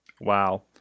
Wow